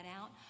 out